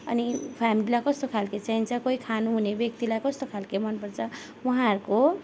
अनि फेमिलीलाई कस्तो खालको चाहिन्छ कोही खानुहुने व्यक्तिलाई कस्तो खालको मनपर्छ उहाँहरूको